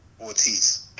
Ortiz